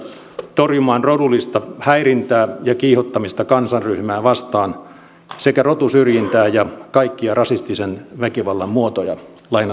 torjumaan rodullista häirintää ja kiihottamista kansanryhmää vastaan sekä rotusyrjintää ja kaikkia rasistisen väkivallan muotoja